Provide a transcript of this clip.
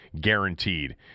guaranteed